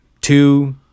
two